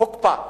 הוקפא.